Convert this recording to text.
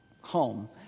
home